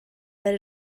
that